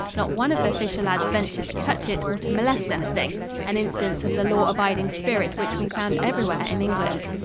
not one of the fisher lads ventured to touch it or to molest anything an instance of the law-abiding spirit which we found everywhere in england.